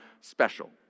special